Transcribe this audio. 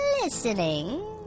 listening